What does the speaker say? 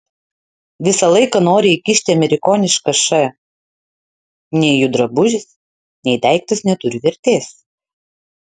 visą laiką nori įkišti amerikonišką š nei jų drabužis nei daiktas neturi vertės